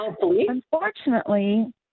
unfortunately